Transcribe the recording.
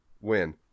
win